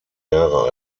jahre